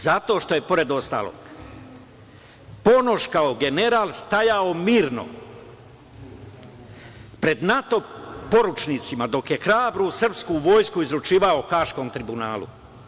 Zato što je, pored ostalog, Ponoš kao general stajao mirno pred NATO poručnicima, dok je hrabru srpsku vojsku izručivao Haškom tribunalu.